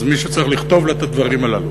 אז מישהו צריך לכתוב לה את הדברים הללו.